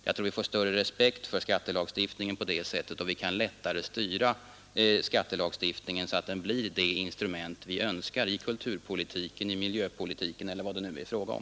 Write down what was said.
Jag tror att vi får större respekt för skattelagstiftningen på det sättet och vi kan lättare styra skattelagstiftningen så att den blir det instrument vi önskar i kulturpolitiken, i miljöpolitiken eller vad det nu är fråga om.